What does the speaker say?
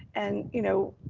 and, you know,